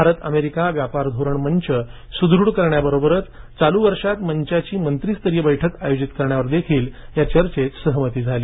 Bharat America व्यापार धोरण मंच सुदूढ करण्या बरोबरच चालू वर्षात मंचाची मंत्रीस्तरीय बैठक आयोजित करण्यावर देखील या चर्चेत सहमती झाली